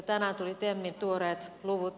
tänään tulivat temin tuoreet luvut